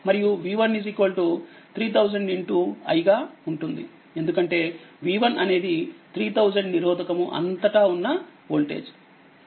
మరియు v1 3000i గా ఉంటుంది ఎందుకంటే v1 అనేది 3000నిరోధకము అంతటా ఉన్న వోల్టేజ్